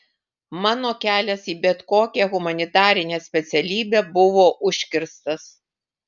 mano kelias į bet kokią humanitarinę specialybę buvo užkirstas